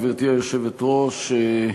גברתי היושבת-ראש,